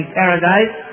paradise